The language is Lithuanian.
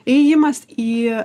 ėjimas į